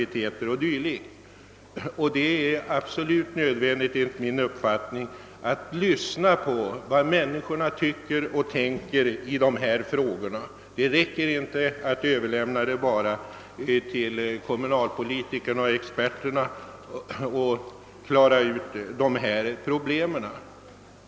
Det är Snligt min mening absolut nödvändigt att lyssna på vad människorna tycker ch. tänker i dessa frågor. Det räcker inte att bara överlämna åt kommunalpolitiker och experter att lösa problemen.